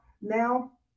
now